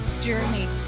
journey